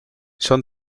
son